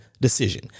decision